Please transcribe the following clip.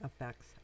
effects